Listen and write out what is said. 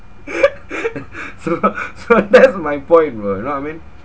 so so that's my point bro you know what I mean